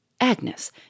Agnes